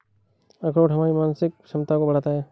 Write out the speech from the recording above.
अखरोट हमारी मानसिक क्षमता को बढ़ाता है